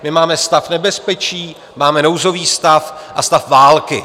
My máme stav nebezpečí, máme nouzový stav a stav války.